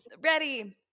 ready